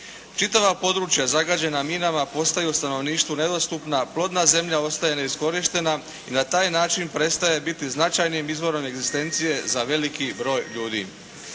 Čitava područja zagađena minama postaju stanovništvu nedostupna, plodna zemlja ostaje neiskorištena i na taj način prestaje biti značajnim izvorom egzistencije za veliki broj ljudi.